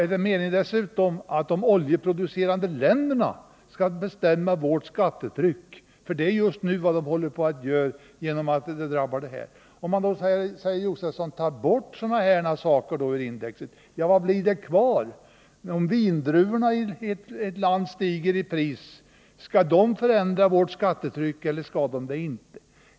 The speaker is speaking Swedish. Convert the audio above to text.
Är det dessutom meningen att de oljeproducerande länderna skall få bestämma över våra skatter, som nu är fallet? Om vi, som Stig Josefson säger, tar bort sådana här saker från index, vad blir det då kvar som skall påverka index? Skulle en prishöjning på vindruvorna i ett land kunna påverka skattetrycket här eller inte?